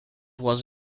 was